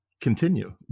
continue